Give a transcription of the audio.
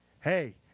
Hey